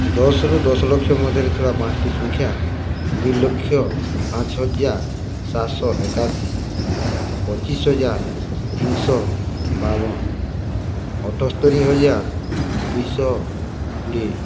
ଦଶ ରୁ ଦଶ ଲକ୍ଷ ମଧ୍ୟରେ ଥିବା ପାଞ୍ଚଟି ସଂଖ୍ୟା ଦୁଇଲକ୍ଷ ପାଞ୍ଚହଜାର ସାତଶହଏକାଅଶି ପଚିଶହଜାର ତିନିଶବାବନ ଅଠସ୍ତରି ହଜାର ଦୁଇଶହ କୋଡ଼ିଏ